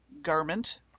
garment